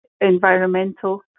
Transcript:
environmental